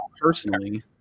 personally